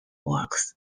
works